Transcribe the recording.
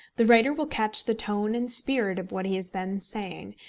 the writer will catch the tone and spirit of what he is then saying,